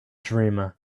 dreamer